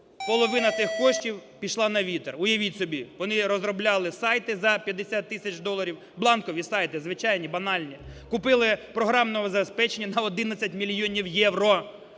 половина тих коштів пішла на вітер. Уявіть собі, вони розробляли сайти за 50 тисяч доларів, бланкові сайти, звичайні банальні. Купили програмного забезпечення на 11 мільйонів євро.